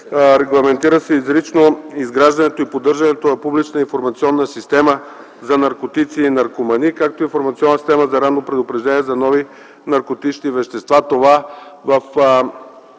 регламентира се изрично изграждането и поддържането на публична информационна система за наркотици и наркомании, както и информационна система за ранно предупреждение за нови наркотични вещества.